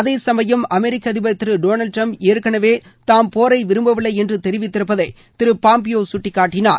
அதே சமயம் அமெரிக்க அதிபர் திரு டொனால்ட் ட்ரம்ப் ஏற்கனவே தாம் போரை விரும்பவில்லை என்று தெரிவித்திருப்பதை திரு பாம்பியோ சுட்டிக்காட்டினார்